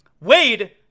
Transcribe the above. Wade